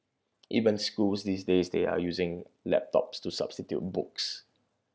even schools these days they are using laptops to substitute books